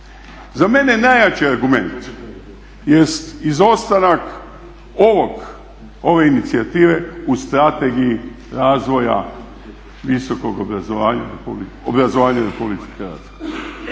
Za mene je najjači argument jest izostanak ovog, ove inicijative u strategiji razvoja visokog obrazovanja RH. Pa zašto